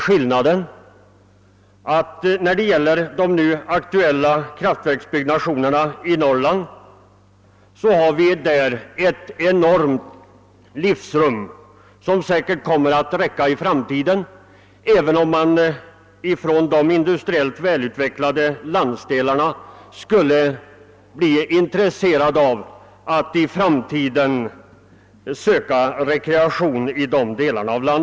Skillnaden är bara den med de nu aktuella kraftverksbyggnationerna i Norrland att vi där har ett enormt livsrum, som säkert kommer att räcka goti i framtiden, även om man från de industriellt välutvecklade landsdelarna skulle bli intresserad av att söka rekreation i landets norra delar.